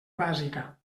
bàsica